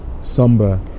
somber